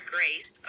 Grace